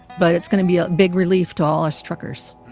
but it's going to be a big relief to all us truckers.